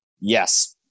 yes